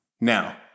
Now